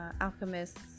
alchemists